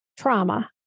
trauma